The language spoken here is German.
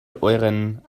euren